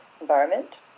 environment